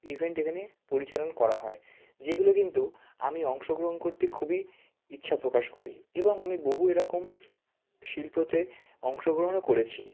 event এখানে পরিচালন করা হয় যেগুলো কিন্তু আমি অংশগ্রহণ করতে খুবই ইচ্ছা প্রকাশ করি এবং আমি বহু এরকম শিল্পতে অংশগ্রহণও করেছি